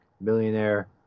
millionaire